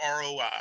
ROI